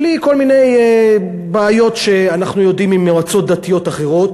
בלי כל מיני בעיות שאנחנו יודעים ממועצות דתיות אחרות,